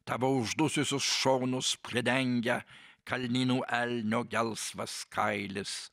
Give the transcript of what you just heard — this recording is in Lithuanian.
tavo uždususius šonus pridengia kalnynų elnio gelsvas kailis